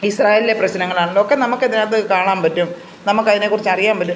ഇസ്രായേലിലെ പ്രശ്നങ്ങൾ ആണെങ്കിലും ഒക്കെ നമുക്ക് അതിനകത്ത് കാണാൻ പറ്റും നമുക്ക് അതിനെ കുറിച്ച് അറിയാൻ പറ്റും